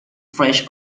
trash